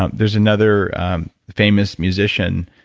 ah there's another famous musician,